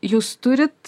jūs turit